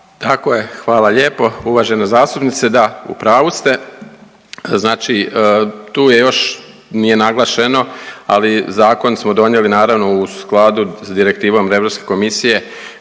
Tako je. Hvala lijepo uvažena zastupnice. Da, u pravu ste. Znači tu je još, nije naglašeno, ali Zakon smo donijeli naravno u skladu s direktivom EU komisije